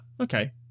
okay